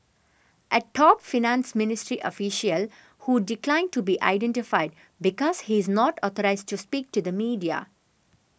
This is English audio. a top finance ministry official who declined to be identified because he is not authorised to speak to the media